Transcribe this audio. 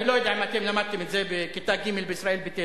אני לא יודע אם למדתם את זה בכיתה ג' בישראל ביתנו: